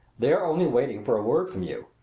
they are only waiting for a word from you.